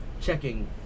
checking